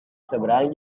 seberang